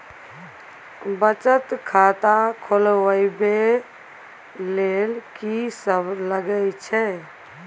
बचत खाता खोलवैबे ले ल की सब लगे छै?